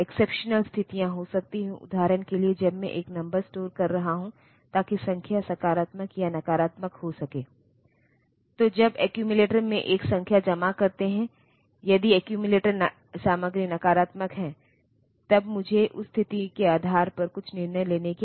इसका कारण बहुत सरल है जैसे कि कंप्यूटर सिस्टम कई हाई लेवल लैंग्वेजेज का समर्थन करता है और फिर व्यक्तिगत कंपाइलर उस प्रोसेसर के लिए कोड को असेंबली लेवल लैंग्वेज प्रोग्राम में बदल देते हैं